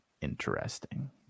interesting